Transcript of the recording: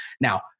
Now